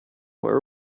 are